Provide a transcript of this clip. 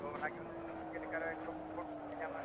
ᱟᱫᱚ ᱚᱱᱟᱜᱮ ᱦᱩᱱᱟᱹᱝ ᱪᱮᱫ ᱞᱮᱠᱟ ᱨᱮ ᱜᱚᱲᱚ ᱜᱚᱯᱚᱲᱚ ᱯᱮ ᱧᱟᱢᱟ